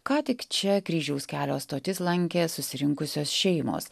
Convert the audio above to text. ką tik čia kryžiaus kelio stotis lankė susirinkusios šeimos